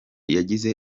yagize